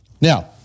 Now